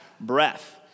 breath